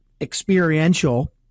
experiential